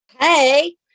Hey